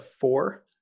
four